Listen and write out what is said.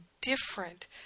different